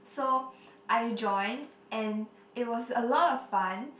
so I joined and it was a lot of fun